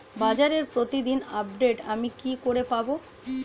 বাজারের প্রতিদিন আপডেট আমি কি করে পাবো?